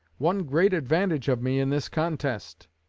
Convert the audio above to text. one great advantage of me in this contest.